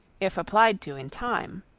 if applied to in time.